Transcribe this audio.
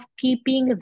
keeping